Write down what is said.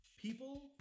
People